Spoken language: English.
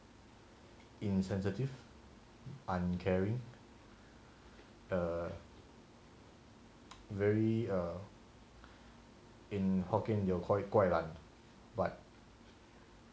insensitive uncaring err very err in hokkien your quite guai lan but